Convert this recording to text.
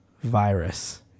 virus